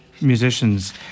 musicians